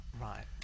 Right